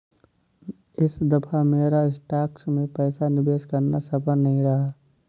इस दफा मेरा स्टॉक्स में पैसा निवेश करना सफल नहीं रहा